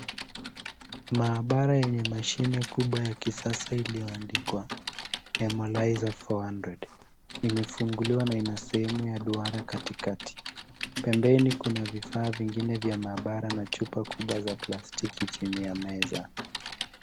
Maabara yenye mashine kubwa ya kisasa iliyoandikwa Emolizer 400, imefunguliwa na ina sehemu ya duara katikati. Pembeni kuna vifaa vigine vya maabara na chupa kubwa za plastiki chini ya meza.